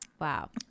Wow